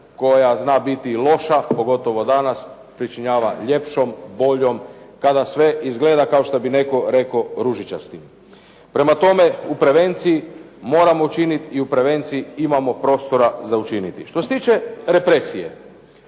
koja zna biti loša, pogotovo danas, pričinjava ljepšom, boljom, kada sve izgleda kao što bi netko rekao ružičasto. Prema tome, u prevenciji moramo činiti i u prevenciji imamo prostora za učiniti. Što se tiče represija,